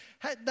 Hey